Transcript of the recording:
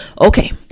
Okay